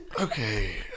okay